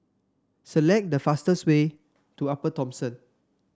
select the fastest way to Upper Thomson